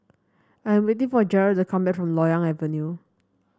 I am waiting for Jarrell to come back from Loyang Avenue